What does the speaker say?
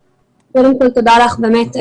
קודם כול, תודה לך באמת.